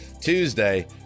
Tuesday